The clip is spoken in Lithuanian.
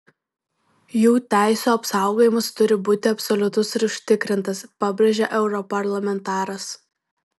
jų teisių apsaugojimas turi būti absoliutus ir užtikrintas pabrėžė europarlamentaras